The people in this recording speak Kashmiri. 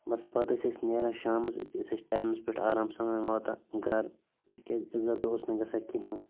بَس پَتہٕ ٲسۍ أسۍ نیران شامَس أتی ٲسۍ أسۍ ٹایِمَس پٮ۪ٹھ آرام سان واتان گَرٕ تِکیٛازِ اِزا تہِ اوس نہٕ گژھان کِہیٖنۍ